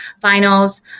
finals